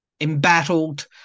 embattled